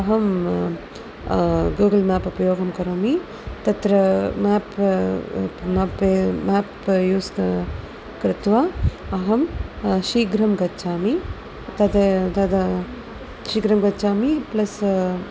अहं Google map उपयोगं करोमि तत्र म्याप् म्याप् यूस् कृत्वा अहं शीघ्रं गच्छामि तत् तद् शीघ्रं गच्छामि प्लस्